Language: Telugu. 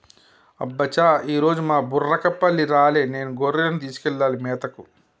అబ్బ చా ఈరోజు మా బుర్రకపల్లి రాలే నేనే గొర్రెలను తీసుకెళ్లాలి మేతకి